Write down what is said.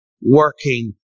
working